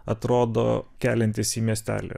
atrodo keliantis į miestelį